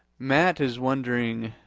matt is wondering,